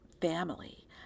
family